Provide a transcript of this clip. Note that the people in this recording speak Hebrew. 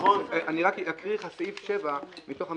אני רק אקרא לך סעיף 7 מתוך המכתב,